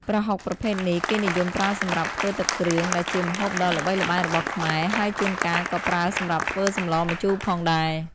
ប្រហុកប្រភេទនេះ គេនិយមប្រើសម្រាប់ ធ្វើទឹកគ្រឿង ដែលជាម្ហូបដ៏ល្បីល្បាញរបស់ខ្មែរ ហើយជួនកាលក៏ប្រើសម្រាប់ធ្វើសម្លម្ជូរផងដែរ។